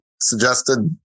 suggested